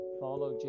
follow